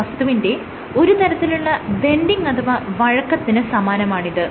വസ്തുവിന്റെ ഒരു തരത്തിലുള്ള ബെൻഡിങ് അഥവാ വഴക്കത്തിന് സമാനമാണിത്